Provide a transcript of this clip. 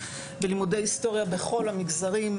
בלימודי היסטוריה בכל המגזרים,